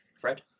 fred